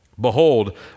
Behold